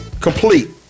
complete